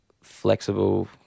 flexible